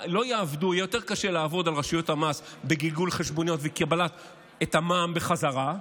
יהיה יותר קשה לעבוד על רשויות המס בגלגול חשבוניות וקבלת המע"מ בחזרה,